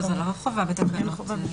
זה לא חובה בתקנות.